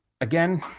again